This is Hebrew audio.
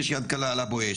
יש יד קלה על ה"בואש".